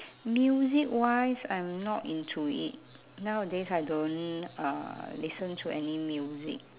music wise I'm not into it nowadays I don't uh listen to any music